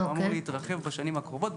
אמור להתרחב בשנים הקרובות.